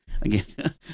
Again